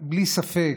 בלי ספק,